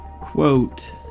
quote